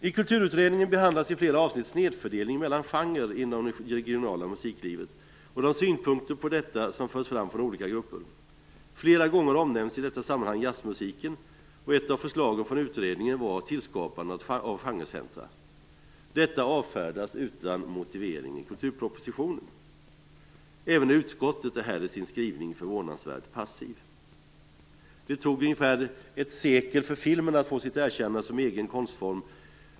I Kulturutredningen behandlas i flera avsnitt snedfördelningen mellan genrer inom det regionala musiklivet och de synpunkter på detta som förts fram från olika grupper. Flera gånger omnämns i detta sammanhang jazzmusiken, och ett av förslagen från utredningen gäller tillskapandet av genrecentrum. Detta avfärdas utan någon motivering i kulturpropositionen. Även utskottet är här i sin skrivning förvånansvärt passivt. Det tog ungefär ett sekel för filmen att få ett erkännande som egen konstform.